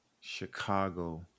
Chicago